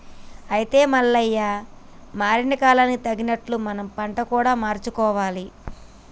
అయితే మల్లయ్య మారిన కాలానికి తగినట్లు మనం పంట కూడా మార్చుకోవాలి